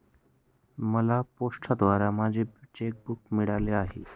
मला पोस्टाद्वारे माझे चेक बूक मिळाले आहे